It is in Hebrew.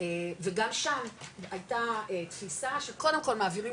וגם שם הייתה תפיסה שקודם כל מעבירים